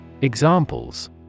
Examples